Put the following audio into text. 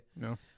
No